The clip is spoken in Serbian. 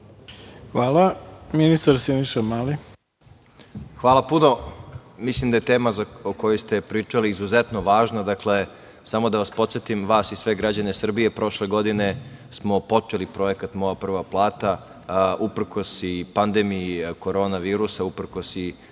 Hvala. Ministar Siniša Mali. **Siniša Mali** Mislim da je tema o kojoj ste pričali izuzetno važna, samo da vas podsetim vas i sve građane Srbije, prošle godine smo počeli projekat Moja prva plata, uprkos i pandemiji korona virusa i uprkos